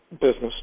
business